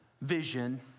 vision